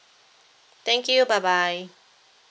thank you bye bye